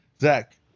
Zach